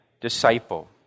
disciple